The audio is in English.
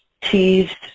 teased